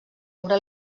obra